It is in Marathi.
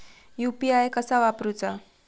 यू.पी.आय कसा वापरूचा?